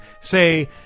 say